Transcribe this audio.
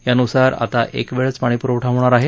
यानुसार आता एक वेळच पाणीप्रवठा होणार आहे